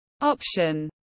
option